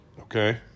Okay